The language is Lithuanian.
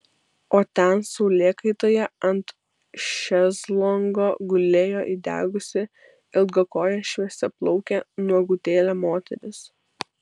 o ten saulėkaitoje ant šezlongo gulėjo įdegusi ilgakojė šviesiaplaukė nuogutėlė moteris